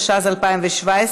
התשע"ז 2017,